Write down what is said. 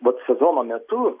vat sezono metu